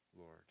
Lord